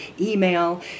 email